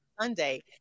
Sunday